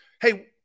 Hey